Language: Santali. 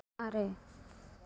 ᱟᱨᱮ